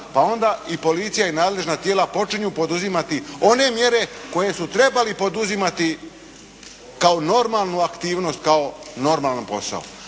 pa onda i policija i nadležna tijela počinju poduzimati one mjere koje su trebali poduzimati kao normalnu aktivnost, kao normalan posao.